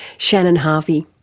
shannon harvey.